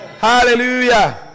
Hallelujah